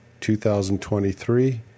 2023